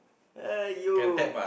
!aiyo!